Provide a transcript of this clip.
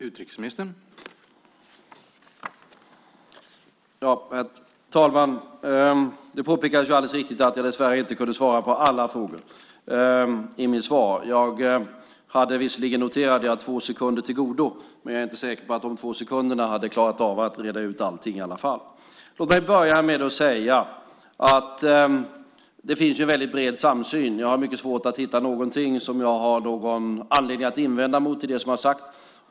Herr talman! Det påpekades helt riktigt att jag dessvärre inte kunde svara på alla frågor i mitt svar. Jag noterade visserligen att jag hade två sekunder till godo, men jag är inte säker på att de två sekunderna hade räckt för att reda ut allt i alla fall. Låt mig börja med att säga att det finns en bred samsyn. Jag hade svårt att hitta något som jag har anledning att invända mot i det som har sagts.